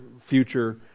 future